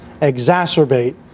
exacerbate